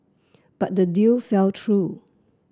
but the deal fell through